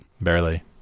Barely